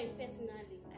personally